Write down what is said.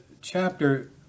chapter